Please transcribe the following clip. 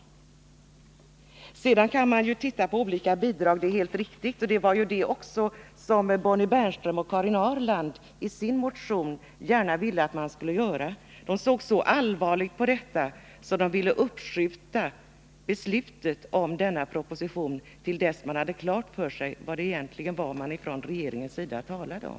Det är helt riktigt att man kan titta på hur förslaget slår på olika bidrag — det var också det som Bonnie Bernström och Karin Ahrland i sin motion ville att man skulle göra. De såg så allvarligt på detta att de ville uppskjuta ställningstagandet till propositionen tills man hade klart för sig vad regeringen egentligen talade om.